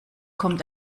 kommt